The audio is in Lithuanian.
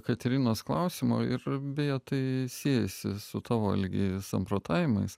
katerinos klausimo ir beje tai siejasi su tavo algi samprotavimais